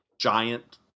giant